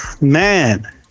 man